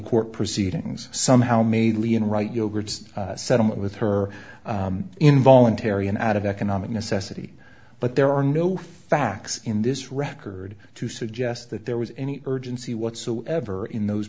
court proceedings somehow made lee in right yogurts settlement with her involuntary and out of economic necessity but there are no facts in this record to suggest that there was any urgency whatsoever in those